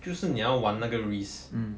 就是你要玩那个 risk